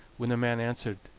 when the man answered